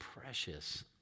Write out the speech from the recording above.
precious